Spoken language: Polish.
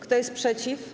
Kto jest przeciw?